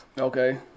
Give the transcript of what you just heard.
Okay